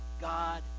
God